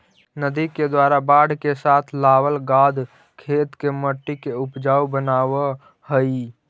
नदि के द्वारा बाढ़ के साथ लावल गाद खेत के मट्टी के ऊपजाऊ बनाबऽ हई